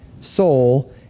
soul